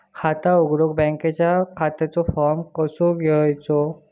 खाता उघडुक बँकेच्या खात्याचो फार्म कसो घ्यायचो?